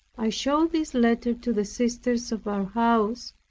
i showed this letter to the sisters of our house,